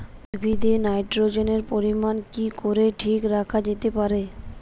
উদ্ভিদে নাইট্রোজেনের পরিমাণ কি করে ঠিক রাখা যেতে পারে?